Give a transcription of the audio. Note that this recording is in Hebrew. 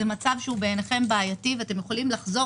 זה מצב שהוא בעיניכם בעייתי ואתם יכולים לחזור